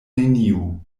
neniu